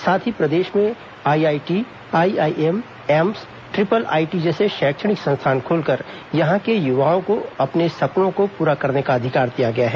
साथ ही प्रदेश में IIT IIM AIIMS triple IT जैसे शैक्षणिक संस्थान खोलकर यहां के युवाओं को अपने सपनों को पूरा करने का अधिकार दिया गया है